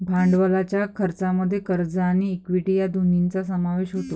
भांडवलाच्या खर्चामध्ये कर्ज आणि इक्विटी या दोन्हींचा समावेश होतो